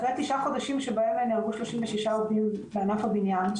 אחרי תשעה חודשים שבהם נהרגו שלושים ושישה עובדים בענף הבניין,